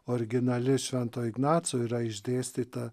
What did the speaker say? originali švento ignaco yra išdėstyta